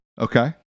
Okay